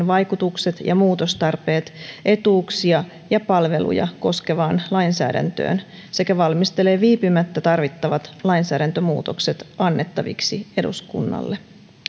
vaikutukset ja muutostarpeet etuuksia ja palveluja koskevaan lainsäädäntöön sekä valmistelee viipymättä tarvittavat lainsäädäntömuutokset annettaviksi eduskunnalle